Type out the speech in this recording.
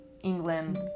England